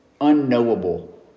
unknowable